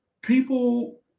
People